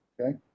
okay